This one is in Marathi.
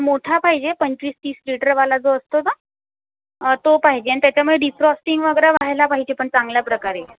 मोठा पाहिजे पंचवीस तीस लीटरवाला जो असतो ना तो पाहिजे अन् त्याच्यामुळे डिफ्रॉस्टिंग वगैरे व्हायला पाहिजे पण चांगल्या प्रकारे